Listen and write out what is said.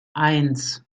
eins